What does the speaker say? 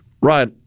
right